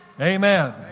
Amen